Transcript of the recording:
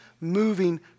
moving